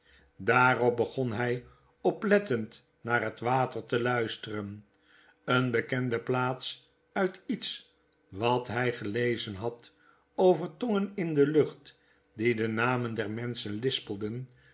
daarop begon hij oplettend naar het water te luisteren eene bekende plaats uit iets wat hij gelezen had over tongen in de lucht die de namen der menschen lispelen